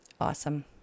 Awesome